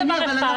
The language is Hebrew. זה דבר אחד.